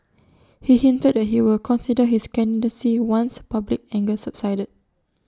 he hinted that he would consider his candidacy once public anger subsided